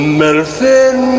medicine